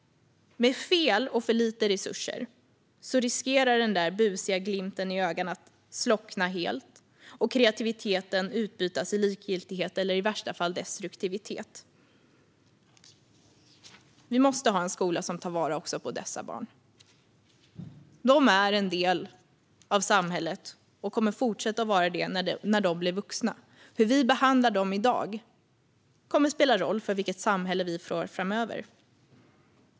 Med fel och för lite resurser riskerar den busiga glimten i ögat att slockna helt och kreativiteten att bytas ut till likgiltighet eller, i värsta fall, destruktivitet. Vi måste ha en skola som tar vara även på dessa barn. De är en del av samhället och kommer att fortsätta att vara det som vuxna. Hur vi behandlar dem i dag kommer att spela roll för vilket samhälle vi får framöver.